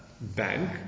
bank